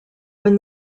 when